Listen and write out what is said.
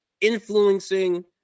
influencing